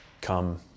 come